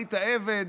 היית עבד,